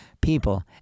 People